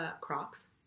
Crocs